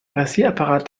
rasierapparat